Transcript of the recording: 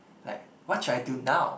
like what should I do now